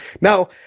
Now